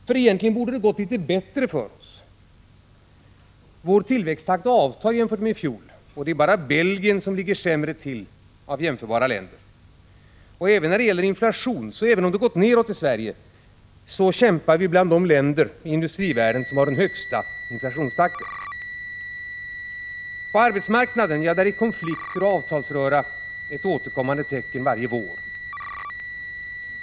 För egentligen borde det ha gått litet bättre för oss. Tillväxttakten i Sverige avtar i jämförelse med fjolårets. Det är bara Belgien av jämförbara länder som ligger sämre till. Även om inflationen har gått ner i Sverige kämpar vi bland de länder i industrivärlden som har den högsta inflationstakten. På arbetsmarknaden är konflikter och avtalsröra ett återkommande tecken varje vår.